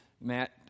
Matt